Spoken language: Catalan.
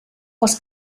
els